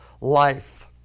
life